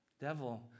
devil